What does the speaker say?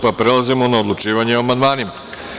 Prelazimo na odlučivanje o amandmanima.